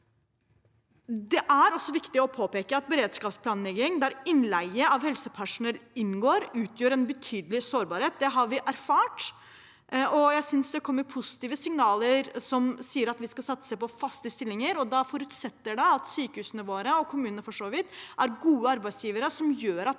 Det er også viktig å påpeke at beredskapsplanlegging, der innleie av helsepersonell inngår, utgjør en betydelig sårbarhet. Det har vi erfart. Jeg synes det kommer positive signaler som sier at vi skal satse på faste stillinger. Det forutsetter at sykehusene våre og for så vidt kommunene er gode arbeidsgivere som gjør at